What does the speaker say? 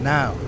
Now